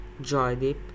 Joydeep